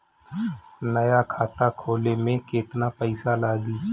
नया खाता खोले मे केतना पईसा लागि?